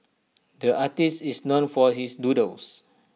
the artist is known for his doodles